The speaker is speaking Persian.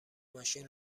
ماشین